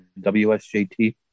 WSJT